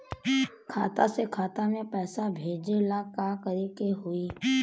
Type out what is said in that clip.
खाता से खाता मे पैसा भेजे ला का करे के होई?